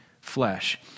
flesh